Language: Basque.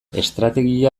estrategia